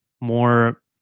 more